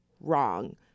wrong